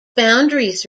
boundaries